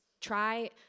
Try